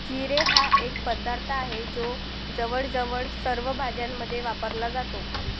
जिरे हा एक पदार्थ आहे जो जवळजवळ सर्व भाज्यांमध्ये वापरला जातो